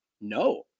No